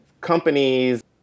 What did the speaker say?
companies